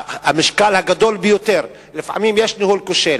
המשקל הגדול ביותר, לפעמים יש ניהול כושל,